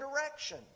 direction